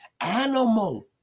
animal